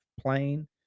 plane